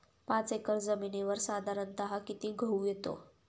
पाच एकर जमिनीवर साधारणत: किती गहू येतो?